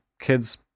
kids